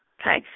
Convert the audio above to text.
Okay